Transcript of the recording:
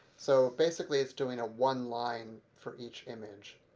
so basically it's doing one-line for each image.